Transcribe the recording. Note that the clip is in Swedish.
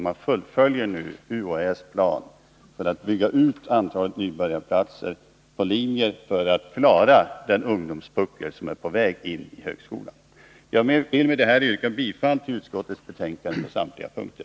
Man fullföljer nu UHÄ:s plan för att bygga ut antalet nybörjarplatser på olika linjer för att klara den ungdomspuckel som är på väg in i högskolor. Med detta yrkar jag bifall till utskottets hemställan på samtliga punkter.